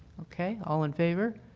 okay. all in favor?